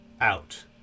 out